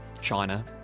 China